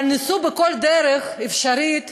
אבל ניסו בכל דרך אפשרית